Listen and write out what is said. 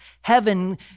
heaven